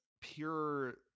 pure